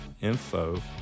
info